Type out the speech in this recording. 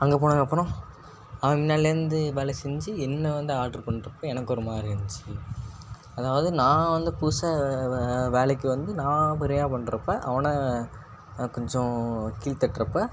அங்கே போனதுக்கு அப்புறம் அவன் முன்னலேந்து வேலை செஞ்சு என்னை வந்து ஆட்ரு பண்ணுறப்ப எனக்கு ஒரு மாதிரி இருந்துச்சு அதாவது நான் வந்து புதுசாக வேலைக்கு வந்து நான் முறையாக பண்ணுறப்ப அவனை கொஞ்சம் கீழ் தட்டுறப்போ